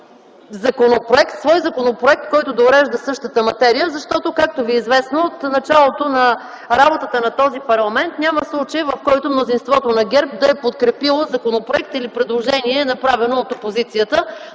законопроект, който да урежда същата материя. Защото, както Ви е известно, от началото на работата на този парламент няма случай, в който мнозинството на ГЕРБ да е подкрепило законопроект или предложение, направено от опозицията